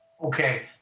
Okay